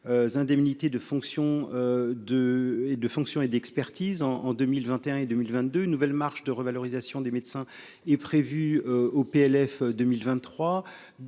de et de fonctions et d'expertise en en 2021 et 2022 nouvelles marges de revalorisation des médecins est prévue au PLF 2023